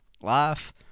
life